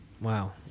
Wow